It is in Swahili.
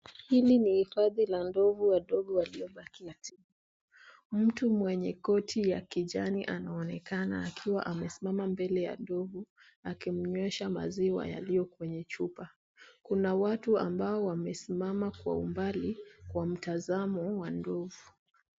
Hili ni hifadhi la ndovu wadogo waliobakia tu. Mtu mwenye koti ya kijani anaonekana akiwa amesimama mbele ya ndovu, akimnywesha maziwa yaliyo kwenye chupa. Kuna watu ambao wamesimama kwa umbali, kwa mtazamo wa ndovu.